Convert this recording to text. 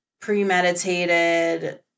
premeditated